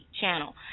channel